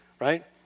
right